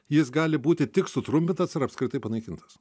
jis gali būti tik sutrumpintas ar apskritai panaikintas